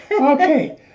Okay